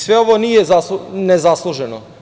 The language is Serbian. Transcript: Sve ovo nije ne zasluženo.